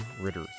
Ritter